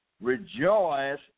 rejoice